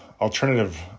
alternative